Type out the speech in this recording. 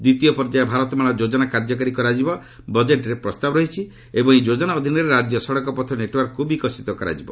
ଦ୍ୱିତୀୟ ପର୍ଯ୍ୟାୟ 'ଭାରତମାଳା' ଯୋଜନା କାର୍ଯ୍ୟକାରୀ କରାଯିବା ବଜେଟ୍ରେ ପ୍ରସ୍ତାବ ରହିଛି ଏବଂ ଏହି ଯୋଜନା ଅଧୀନରେ ରାଜ୍ୟ ସଡ଼କ ପଥ ନେଟ୍ୱାର୍କକୁ ବିକଶିତ କରାଯିବ